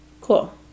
Cool